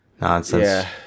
nonsense